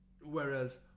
whereas